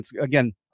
Again